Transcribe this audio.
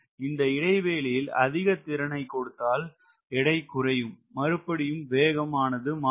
இந்த இடைவெளியில் அதிக திறனை கொடுத்தால் எடை குறையும் மறுபடியும் வேகம் ஆனது மாறுபாடும்